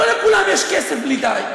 לא לכולם יש כסף בלי די.